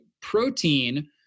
protein